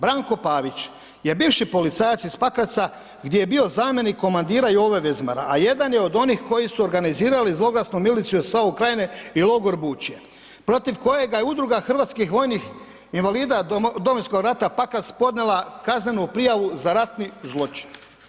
Branko Pavić je bivši policajac iz Pakraca gdje je bio zamjenik komandira Jove Vezmara, a jedan je od onih koji su organizirali zloglasnu miliciju SAO Krajine i logor Bučje, protiv kojega je Udruga hrvatskih vojnih invalida Domovinskog rata Pakrac podnijela kaznenu prijavu za ratni zločin.